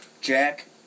Jack